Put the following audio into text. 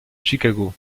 chicago